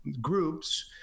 groups